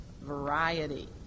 variety